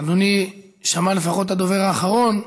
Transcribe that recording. אדוני שמע לפחות את הדובר האחרון?